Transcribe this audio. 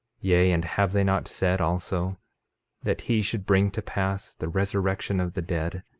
yea, and have they not said also that he should bring to pass the resurrection of the dead,